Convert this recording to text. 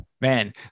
man